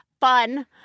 fun